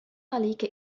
عليك